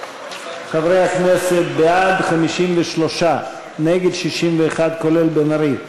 חברי הכנסת, בעד, 53, נגד, 61, כולל בן ארי.